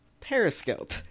Periscope